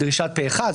כמו דרישה פה אחד,